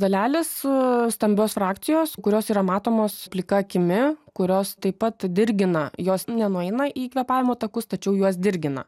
dalelės su stambios frakcijos kurios yra matomos plika akimi kurios taip pat dirgina jos nenueina į kvėpavimo takus tačiau juos dirgina